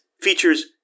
features